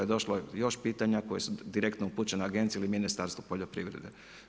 Došlo je još pitanja, koja su direktno upućena agenciji ili Ministarstvu poljoprivrede.